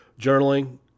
journaling